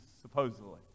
supposedly